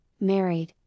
married